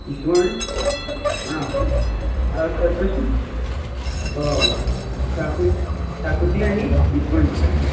ईस्वण आ कशे कशी शाकोती आनी ईस्वण मरे